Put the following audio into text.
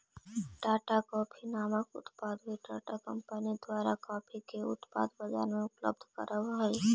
Tata coffee नामक उत्पाद भी टाटा कंपनी द्वारा कॉफी के उत्पाद बजार में उपलब्ध कराब हई